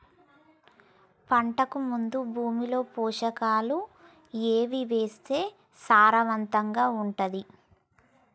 పంటకు ముందు భూమిలో పోషకాలు ఏవి వేస్తే సారవంతంగా ఉంటది?